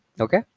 Okay